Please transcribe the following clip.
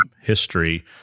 history